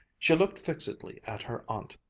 she looked fixedly at her aunt,